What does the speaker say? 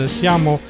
siamo